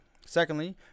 Secondly